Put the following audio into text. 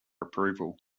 approval